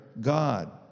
God